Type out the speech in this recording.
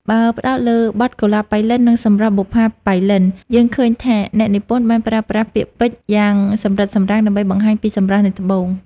បើផ្ដោតលើបទ កុលាបប៉ៃលិន និង សម្រស់បុប្ផាប៉ៃលិន យើងឃើញថាអ្នកនិពន្ធបានប្រើប្រាស់ពាក្យពេចន៍យ៉ាងសម្រិតសម្រាំងដើម្បីបង្ហាញពីសម្រស់នៃត្បូង។